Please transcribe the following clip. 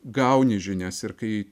gauni žinias ir kai